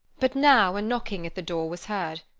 but now a knocking at the door was heard,